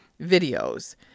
videos